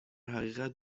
حقیقت